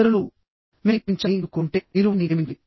ఇతరులు మిమ్మల్ని ప్రేమించాలని మీరు కోరుకుంటేమీరు వారిని ప్రేమించాలి